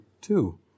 two